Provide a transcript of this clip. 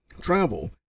travel